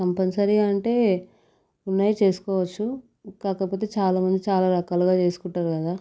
కంపల్సరీగా అంటే ఉన్నాయి చేసుకోవచ్చు కాకపోతే చాలామంది చాలా రకాలుగా చేసుకుంటారు కదా